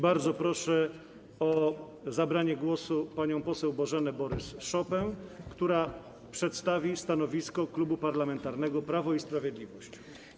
Bardzo proszę o zabranie głosu panią poseł Bożenę Borys-Szopę, która przedstawi stanowisko Klubu Parlamentarnego Prawo i Sprawiedliwość.